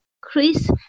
Chris